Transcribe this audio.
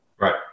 Right